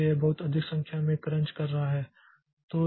इसलिए यह बहुत अधिक संख्या में क्रंच कर रहा है